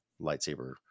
lightsaber